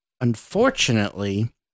unfortunately